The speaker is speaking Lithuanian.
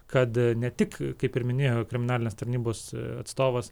kad ne tik kaip ir minėjo kriminalinės tarnybos atstovas